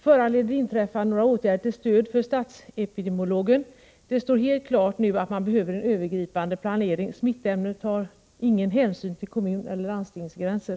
Föranleder det inträffade några åtgärder till stöd för statsepidemiologen? Det står nu helt klart att man behöver en övergripande planering. Smittämnen tar ingen hänsyn till kommuneller landstingsgränser.